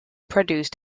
produced